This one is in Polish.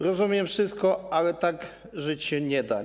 Rozumiem wszystko, ale tak żyć się nie da.